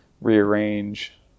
rearrange